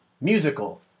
Musical